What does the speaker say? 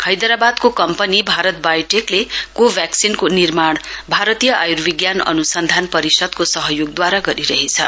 हैदरावादको company Bharat बायोटेकले कोभ्याक्सिनको निर्माण भारतीय आयुर्विज्ञान अनुसन्धान परिषदको सहयोगद्वारा गरिरहेछ